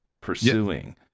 pursuing